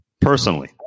personally